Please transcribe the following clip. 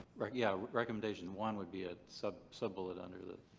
but yeah recommendation one would be a so sub-bullet under this